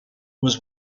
was